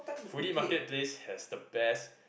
foodie market place has the best